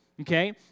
Okay